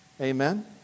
Amen